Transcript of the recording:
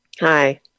Hi